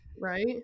Right